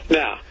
now